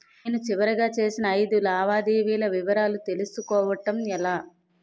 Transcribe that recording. నేను చివరిగా చేసిన ఐదు లావాదేవీల వివరాలు తెలుసుకోవటం ఎలా?